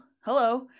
Hello